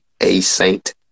A-Saint